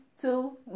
Two